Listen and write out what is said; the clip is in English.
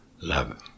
Love